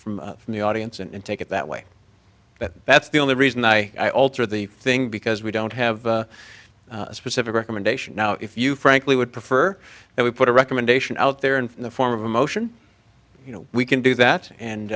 comments from the audience and take it that way but that's the only reason i alter the thing because we don't have a specific recommendation now if you frankly would prefer that we put a recommendation out there in the form of a motion you know we can do that and